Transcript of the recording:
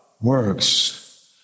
Works